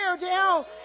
down